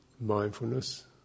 mindfulness